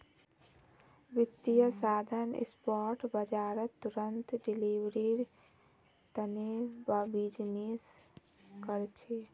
वित्तीय साधन स्पॉट बाजारत तुरंत डिलीवरीर तने बीजनिस् कर छे